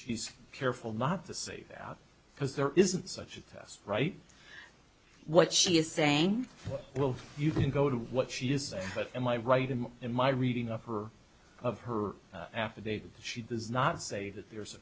very careful not to say that because there isn't such a test right what she is saying well you can go to what she is but in my right and in my reading of her of her affidavit she does not say that there's